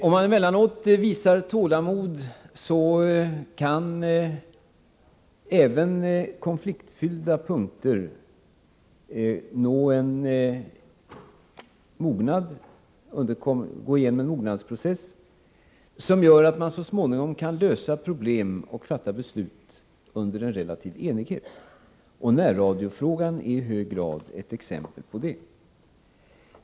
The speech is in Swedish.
Om man emellanåt har tålamod kan det visa sig att även konfliktfyllda punkter går igenom en mognadsprocess, som gör att man så småningom kan lösa problem och fatta beslut under relativ enighet. Närradiofrågan är i hög grad ett exempel på det.